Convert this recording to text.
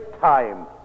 time